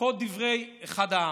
כך דברי אחד העם,